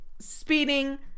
speeding